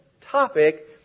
topic